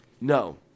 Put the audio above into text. No